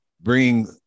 bringing